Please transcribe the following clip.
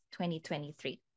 2023